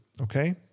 okay